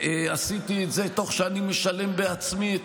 עשיתי את זה תוך שאני משלם בעצמי את